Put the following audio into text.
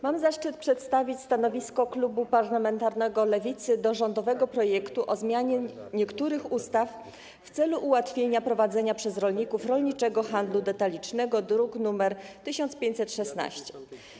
Mam zaszczyt przedstawić stanowisko klubu parlamentarnego Lewicy wobec rządowego projektu ustawy o zmianie niektórych ustaw w celu ułatwienia prowadzenia przez rolników rolniczego handlu detalicznego, druk nr 1516.